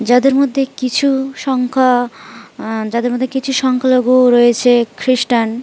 যাদের মধ্যে কিছু সংখ্যা যাদের মধ্যে কিছু সংখ্যালঘু রয়েছে খ্রিস্টান